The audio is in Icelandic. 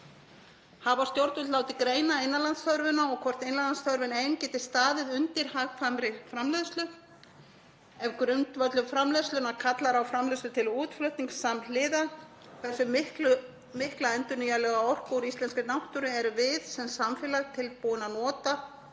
Hafa stjórnvöld látið greina innanlandsþörfina og hvort innanlandsþörf ein geti staðið undir hagkvæmri framleiðslu? Ef grundvöllur framleiðslunnar kallar á framleiðslu til útflutnings samhliða, hversu mikla endurnýjanlega orku úr íslenskri náttúru erum við sem samfélag tilbúin að nota